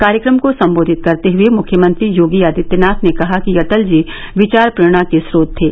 कार्यक्रम को सम्बोधित करते हुये मुख्यमंत्री योगी आदित्यनाथ ने कहा कि अटल जी विचार प्रेरणा के स्रोत थे